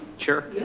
sure.